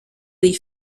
des